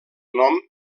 nom